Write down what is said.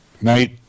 Night